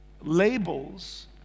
labels